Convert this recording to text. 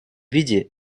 виде